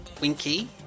Winky